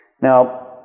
Now